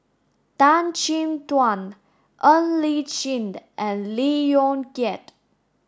Tan Chin Tuan Ng Li Chin the and Lee Yong Kiat